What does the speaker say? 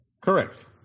Correct